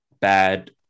bad